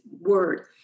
word